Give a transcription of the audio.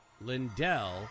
Lindell